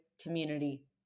community